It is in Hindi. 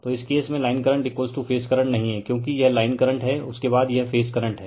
तो इस केस में लाइन करंट फेज करंट नहीं है क्योंकि यह लाइन करंट है उसके बाद यह फेज करंट है